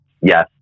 yes